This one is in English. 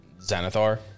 Xanathar